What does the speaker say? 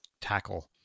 tackle